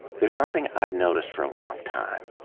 there's something i've noticed for a long time,